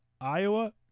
Iowa –